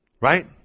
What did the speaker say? Right